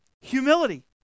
humility